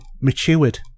matured